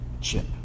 chip